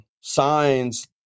signs